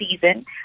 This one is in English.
season